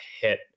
hit